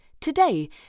today